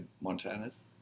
Montana's